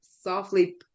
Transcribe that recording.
softly